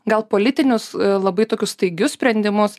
gal politinius labai tokius staigius sprendimus